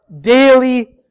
daily